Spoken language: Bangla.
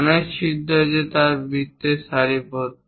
অনেক ছিদ্র আছে তারা বৃত্তে সারিবদ্ধ